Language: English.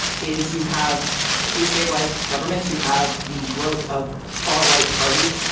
is you have destabilised governments, you have the growth of far right parties.